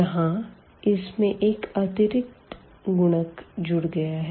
यहाँ इसमें एक अतिरिक्त गुणक ri जुड़ गया है